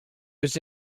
was